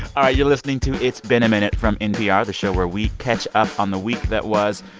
ah you're listening to it's been a minute from npr, the show where we catch up on the week that was.